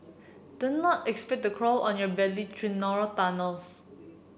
do not expect to crawl on your belly through narrow tunnels